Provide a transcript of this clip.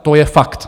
To je fakt.